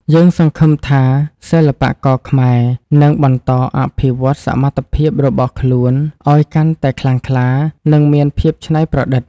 យើងសង្ឃឹមថាសិល្បករខ្មែរនឹងបន្តអភិវឌ្ឍសមត្ថភាពរបស់ខ្លួនឱ្យកាន់តែខ្លាំងក្លា និង មានភាពច្នៃប្រឌិត។